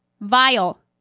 Vile